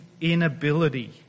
inability